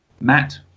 Matt